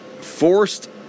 forced